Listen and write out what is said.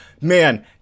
man